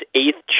eighth